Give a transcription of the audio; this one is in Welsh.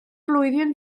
flwyddyn